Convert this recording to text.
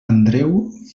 andreu